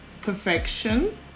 perfection